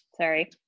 Sorry